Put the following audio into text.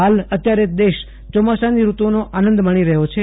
હાલ અત્યારે દેશ ચોમાસાની ઋતુનો આનંદ માણી રહ્યો છે